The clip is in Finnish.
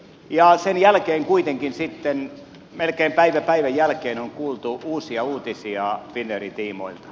ja sen jälkeen kuitenkin sitten melkein päivä päivän jälkeen on kuultu uusia uutisia finnairin tiimoilta